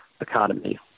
economy